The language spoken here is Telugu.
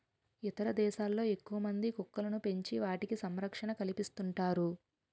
ఇతర దేశాల్లో ఎక్కువమంది కుక్కలను పెంచి వాటికి సంరక్షణ కల్పిస్తుంటారు